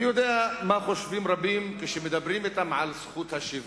אני יודע מה חושבים רבים כשמדברים אתם על זכות השיבה.